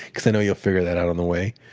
because i know you'll figure that out on the way,